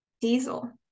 Diesel